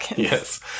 Yes